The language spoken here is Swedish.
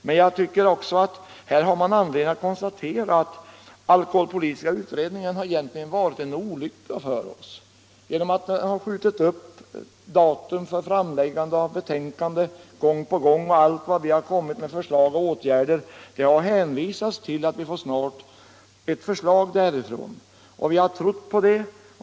Men jag tycker också att man här har anledning att konstatera att alkoholpolitiska utredningen egentligen varit en olycka för oss. Den har skjutit upp datum för framläggande av betänkande gång på gång och alla de förslag till åtgärder vi kommit med har avvisats med hänvisning till att vi snart skulle få ett förslag därifrån. Och vi har trott på det.